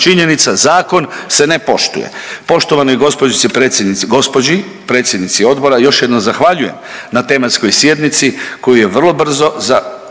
činjenica. Zakon se ne poštuje. Poštovanoj gospođici predsjednici, gospođi predsjednici odbora još jednom zahvaljujem na tematskoj sjednici koju je vrlo brzo